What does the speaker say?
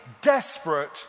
desperate